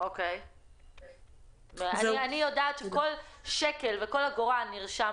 אני יודעת שכל שקל וכל אגורה נרשמת